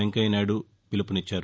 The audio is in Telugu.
వెంకయ్య నాయుడు పిలుపునిచ్చారు